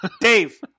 Dave